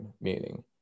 meaning